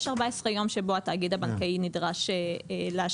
יש 14 יום שבו התאגיד הבנקאי נדרש להשיב.